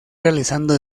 realizando